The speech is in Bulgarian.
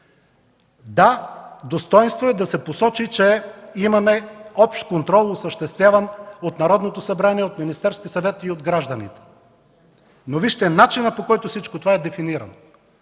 Да, достойнство е да се посочи, че имаме общ контрол, осъществяван от Народното събрание, от Министерския съвет и от гражданите. Обаче вижте начина, по който всичко това е дефинирано.